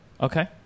Okay